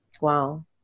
Wow